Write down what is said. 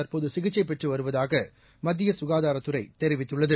தற்போதுசிகிச்சை பெற்று வருவதாக மத்திய சுகாதாரத்துறை தெரிவித்துள்ளது